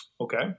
Okay